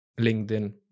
linkedin